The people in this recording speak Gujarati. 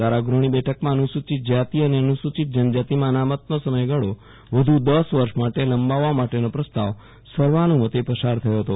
ધારાગ્રહની બેઠકમાં અનુસુચિત જાતિ અને અનુસુચિત જન જાતિમાં અનામતનો સમયગાળો વધુ દસ વર્ષ માટે લંબાવવામાં માટેનો પ્રસ્તાવ સર્વાનુમતે પસાર થયો હતો